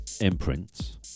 Imprints